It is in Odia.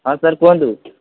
ହଁ ସାର୍ କୁହନ୍ତୁ